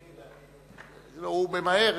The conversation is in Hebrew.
תמיד אני, הוא ממהר.